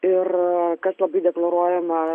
ir kas labai deklaruojama